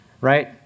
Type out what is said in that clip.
right